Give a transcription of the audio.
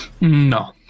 No